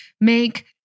make